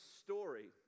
story